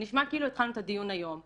זה נשמע כאילו התחלנו את הדיון היום,